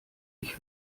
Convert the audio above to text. ich